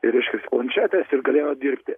reiškias planšetes ir galėjo dirbti